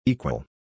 Equal